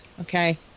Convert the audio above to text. okay